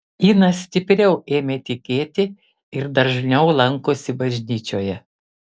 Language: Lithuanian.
ina stipriau ėmė tikėti ir dažniau lankosi bažnyčioje